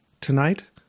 Tonight